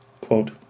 Quote